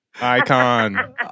Icon